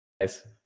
Nice